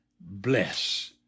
bless